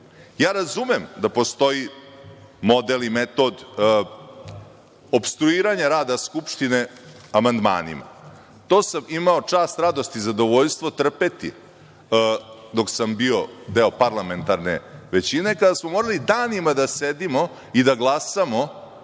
razumem da postoji model i metod opstruiranja rada Skupštine amandmanima. To sam imao čast, radost i zadovoljstvo trpeti dok sam bio deo parlamentarne većine i kada smo morali danima da sedimo i da glasamo